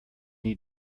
need